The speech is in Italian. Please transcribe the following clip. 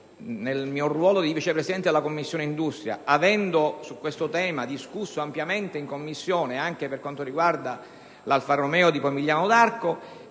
nel mio ruolo di Vice Presidente della Commissione industria, avendo su questo tema discusso ampiamente in Commissione anche per quanto riguarda l'Alfa Romeo di Pomigliano d'Arco,